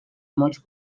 molts